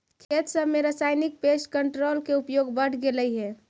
खेत सब में रासायनिक पेस्ट कंट्रोल के उपयोग बढ़ गेलई हे